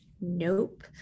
nope